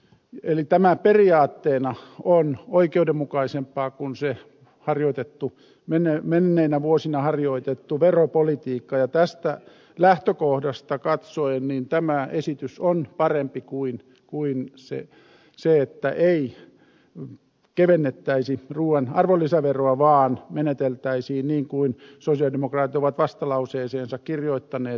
eli tämä periaatteena on oikeudenmukaisempaa kuin se menneinä vuosina harjoitettu veropolitiikka ja tästä lähtökohdasta katsoen tämä esitys on parempi kuin se että ei kevennettäisi ruuan arvonlisäveroa vaan meneteltäisiin niin kuin sosialidemokraatit ovat vastalauseeseensa kirjoittaneet